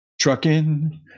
trucking